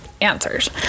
answers